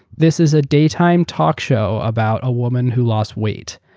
this is a daytime talk show about a woman who lost weight.